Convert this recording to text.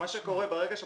מה שקורה, ברגע שהוא